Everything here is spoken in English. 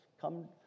come